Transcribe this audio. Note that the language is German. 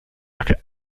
jacke